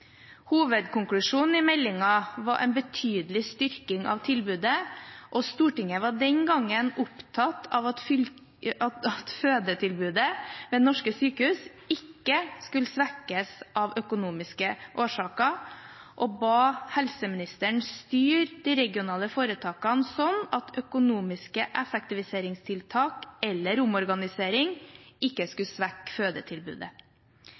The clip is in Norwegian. Hovedkonklusjonen i meldingen var en betydelig styrking av tilbudet, og Stortinget var den gangen opptatt av at fødetilbudet ved norske sykehus ikke skulle svekkes av økonomiske årsaker, og ba helseministeren styre de regionale foretakene sånn at økonomiske effektiviseringstiltak eller omorganisering ikke skulle svekke fødetilbudet.